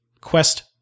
Quest